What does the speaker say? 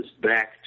back